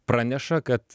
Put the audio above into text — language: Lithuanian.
praneša kad